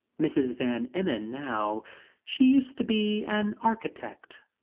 mrs. van emmon now she used to be an architect.